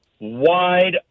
wide